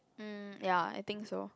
mm ya I think so